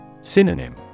Synonym